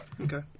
Okay